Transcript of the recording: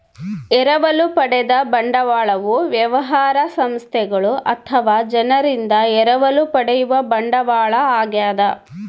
ಎರವಲು ಪಡೆದ ಬಂಡವಾಳವು ವ್ಯವಹಾರ ಸಂಸ್ಥೆಗಳು ಅಥವಾ ಜನರಿಂದ ಎರವಲು ಪಡೆಯುವ ಬಂಡವಾಳ ಆಗ್ಯದ